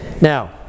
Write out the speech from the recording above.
Now